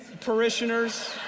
parishioners